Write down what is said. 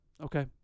Okay